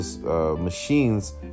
machines